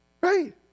Right